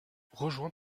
rejoint